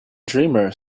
dreamer